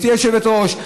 גברתי היושבת בראש,